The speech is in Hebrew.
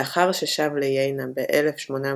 לאחר ששב לינה ב-1879,